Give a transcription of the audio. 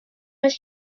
was